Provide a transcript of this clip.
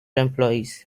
employees